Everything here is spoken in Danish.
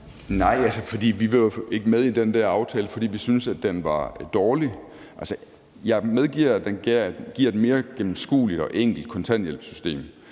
Nej, vi var jo ikke med i den der aftale, fordi vi syntes, den var dårlig. Altså, jeg medgiver, at den giver et mere gennemskueligt og enkelt kontanthjælpssystem,